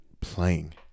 playing